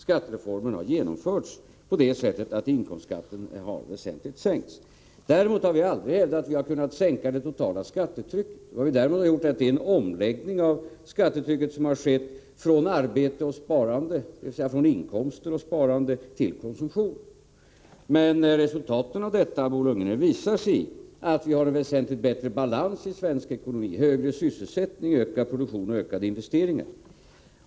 Skattereformen har således genomförts på det sättet att inkomstskatten har sänkts väsentligt. Vi har däremot aldrig hävdat att vi har kunnat sänka det totala skattetrycket. Vad vi har gjort är att förskjuta skattetryckets tyngdpunkt från inkomster och sparande till konsumtion. Resultaten av detta, Bo Lundgren, visar sig i att vi nu har en väsentligt bättre balans i svensk ekonomi, högre sysselsättning, ökad produktion och ökade investeringar.